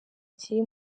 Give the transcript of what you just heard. kiri